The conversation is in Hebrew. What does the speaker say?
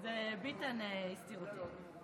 ביטן הסתיר אותו.